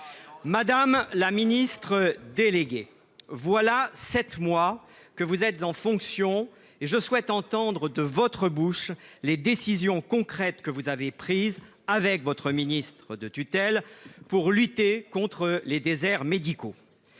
Madame la ministre déléguée, voilà sept mois que vous êtes en fonction et je souhaite entendre de votre bouche les décisions concrètes que vous avez prises, avec votre ministre de tutelle, pour lutter contre les déserts médicaux.